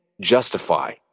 justify